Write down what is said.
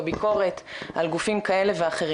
או ביקורת על גופים כאלה ואחרים,